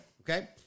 Okay